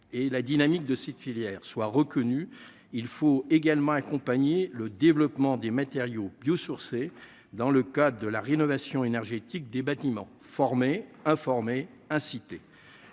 et la dynamique de cette filière soit reconnue, il faut également accompagner le développement des matériaux biosourcés dans le cas de la rénovation énergétique des bâtiments formés, informer, inciter